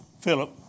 Philip